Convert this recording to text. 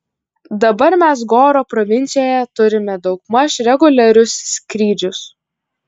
dabar mes goro provincijoje turime daugmaž reguliarius skrydžius